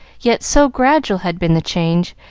yet so gradual had been the change,